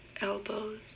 elbows